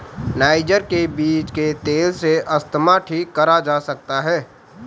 niger के बीज के तेल से अस्थमा ठीक करा जा सकता है